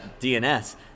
DNS